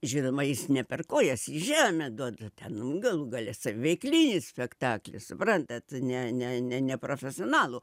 žinoma jis ne per kojas į žemę duoda ten nu galų gale saviveiklinis spektaklis suprantat ne ne ne neprofesionalų